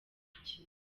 umukino